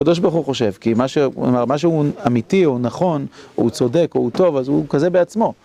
קדוש ברוך הוא חושב, כי מה שהוא אמיתי, הוא נכון, הוא צודק, הוא טוב, אז הוא כזה בעצמו.